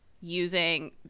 using